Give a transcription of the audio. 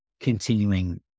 continuing